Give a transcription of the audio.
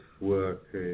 work